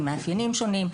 עם מאפיינים שונים.